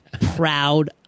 proud